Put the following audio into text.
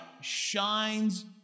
shines